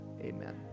Amen